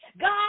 God